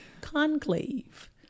conclave